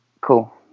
cool